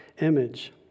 image